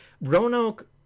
Roanoke